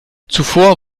zuvor